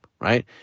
right